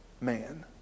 man